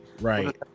right